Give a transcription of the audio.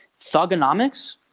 Thugonomics